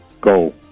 go